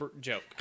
joke